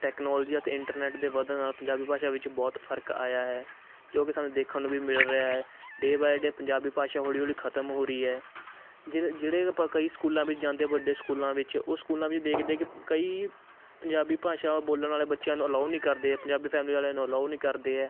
technology ਅਤੇ internet ਦੇ ਵਧਣ ਨਾਲ ਪੰਜਾਬੀ ਭਾਸ਼ਾ ਵਿੱਚ ਬਹੁਤ ਫਰਕ ਆਇਆ ਹੈ ਜੋ ਕਿ ਸਾਨੂੰ ਦੇਖਣ ਨੂੰ ਵੀ ਮਿਲ ਰਿਹਾ ਹੈ ਡੇ ਬਾਏ ਡੇ ਪੰਜਾਬੀ ਭਾਸ਼ਾ ਹੌਲੀ ਹੌਲੀ ਖਤਮ ਹੋ ਰਹੀ ਹੈ ਜਿਹ ਜਿਹੜੇ ਆਪਾਂ ਕਈ ਸਕੂਲਾਂ ਵਿੱਚ ਜਾਂਦੇ ਵੱਡੇ ਸਕੂਲਾਂ ਵਿੱਚ ਉਹ ਸਕੂਲਾਂ ਵਿੱਚ ਦੇਖਦੇ ਕਿ ਕਈ ਪੰਜਾਬੀ ਭਾਸ਼ਾ ਬੋਲਣ ਵਾਲੇ ਬੱਚਿਆਂ ਨੂੰ ਅਲਾਓ ਨਹੀਂ ਕਰਦੇ ਪੰਜਾਬੀ ਫੈਮਲੀ ਵਾਲਿਆਂ ਨੂੰ ਅਲਾਓ ਨਹੀਂ ਕਰਦੇ ਹੈ